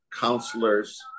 counselors